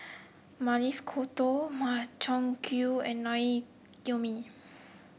Maili Kofta Makchang Gui and Naengmyeon